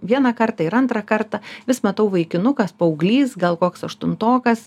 vieną kartą ir antrą kartą vis matau vaikinukas paauglys gal koks aštuntokas